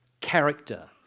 Character